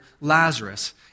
Lazarus